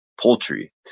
Poultry